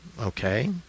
okay